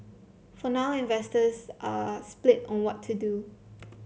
for now investors are split on what to do